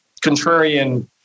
contrarian